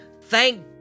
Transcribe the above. Thank